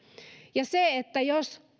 ja jos